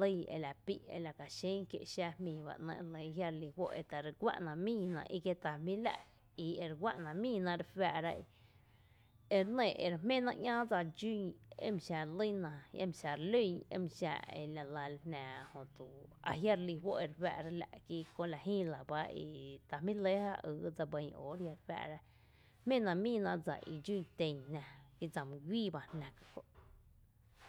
lýn ela pí’n ela ka xén kié’ xáá jmiiba ‘nɇ’ jiarelí juó’ eta re guá’na míiná kieta jmí’ la’ íi ere guá’na míi ná re juⱥⱥ’ra ere nɇ ere jméno ‘ñaa dsa dxún emaxa lýna emaxa re lún emaxa e la lⱥ la jnaa jötu ajia’ relí juó’ ere juⱥⱥ’ra la’ köö la jyy lɇ bá e ta jmí’ lɇ ja yy dse bɇn óora a la re jména míina dsa i dxun ten kí dsa mú guíi bá jná.